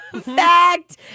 Fact